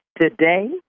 Today